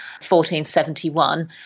1471